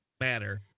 matter